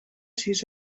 sis